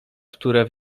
które